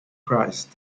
christ